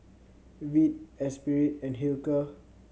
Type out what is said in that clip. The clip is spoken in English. Veet Espirit and Hilker